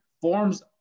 forms